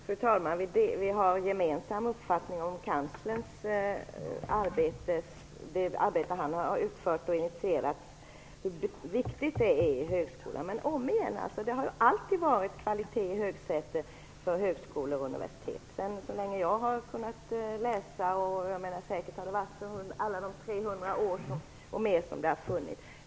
Fru talman! Vi delar uppfattningen om hur viktigt kanslerns arbete är för högskolan. Kvaliteten har varit i högsäte för högskolor och universitet så länge de funnits.